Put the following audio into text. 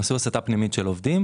הם עשו הסטה פנימית של עובדים.